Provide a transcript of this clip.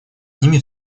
ними